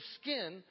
skin